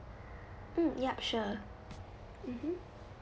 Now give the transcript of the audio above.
mm yup sure mmhmm